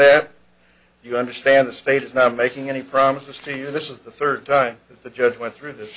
that you understand the state is not making any promises to you this is the third time that the judge went through this